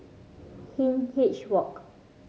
Hindhede Walk